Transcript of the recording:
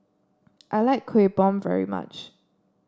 I like Kuih Bom very much